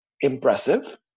impressive